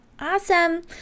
Awesome